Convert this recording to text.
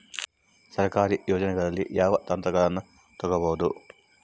ಸರ್ಕಾರಿ ಯೋಜನೆಗಳಲ್ಲಿ ಯಾವ ಯಂತ್ರಗಳನ್ನ ತಗಬಹುದು?